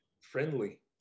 Friendly